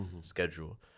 schedule